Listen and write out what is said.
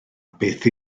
beth